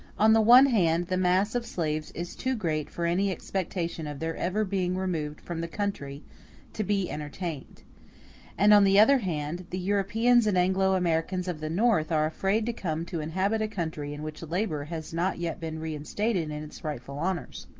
on the one hand, the mass of slaves is too great for any expectation of their ever being removed from the country to be entertained and on the other hand, the europeans and anglo-americans of the north are afraid to come to inhabit a country in which labor has not yet been reinstated in its rightful honors.